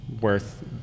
worth